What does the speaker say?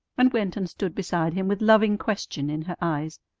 and went and stood beside him with loving question in her eyes.